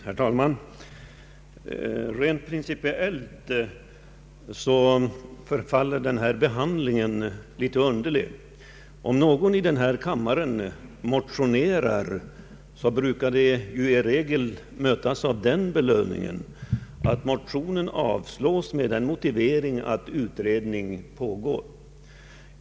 Herr talman! Rent principiellt förefaller behandlingen av detta ärende en smula underlig. Om någon i denna kammare motionerar, brukar det mötas av den belöningen att motionen avslås med motiveringen att utredning pågår.